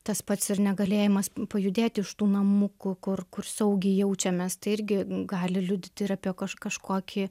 tas pats ir negalėjimas pajudėti iš tų namų ku kur kur saugiai jaučiamės tai irgi gali liudyti ir apie kaž kažkokį